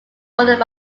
bordered